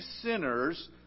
sinners